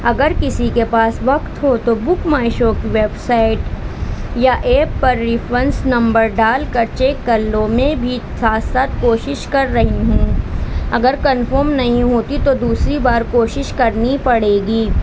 اگر کسی کے پاس وقت ہو تو بک مائی شو کی ویب سائٹ یا ایپ پر ریفرنس نمبر ڈال کر چیک کر لو میں بھی ساتھ ساتھ کوشش کر رہی ہوں اگر کنفرم نہیں ہوتی تو دوسری بار کوشش کرنی پڑے گی